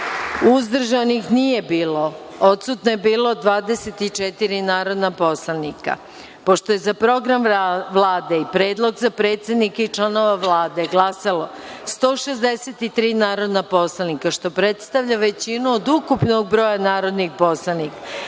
Uzdržanih nije bilo. Odsutno je bilo 24 narodna poslanika. Pošto je za program Vlade i Predlog za predsednike i članove Vlade glasalo 163 narodna poslanika, što predstavlja većinu od ukupnog broja narodnih poslanika,